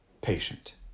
patient